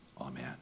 Amen